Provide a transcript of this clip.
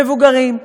מבוגרים,